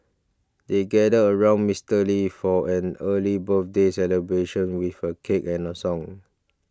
they gathered around Mister Lee for an early birthday celebration with a cake and a song